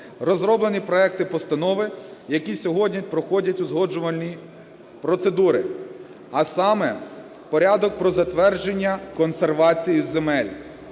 розроблені проекти постанови, які сьогодні проходять узгоджувальні процедури, а саме порядок про затвердження консервації земель.